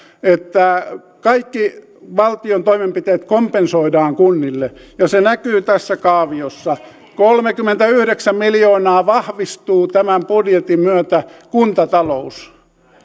että kaikki valtion toimenpiteet kompensoidaan kunnille ja se näkyy tässä kaaviossa kolmekymmentäyhdeksän miljoonaa vahvistuu tämän budjetin myötä kuntatalous